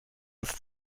with